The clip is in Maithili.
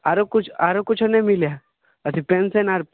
आरो किछु आरो किछु नहि मिलैत हय अथी पेंसन आर